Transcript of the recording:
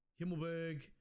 Himmelberg